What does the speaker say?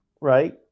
Right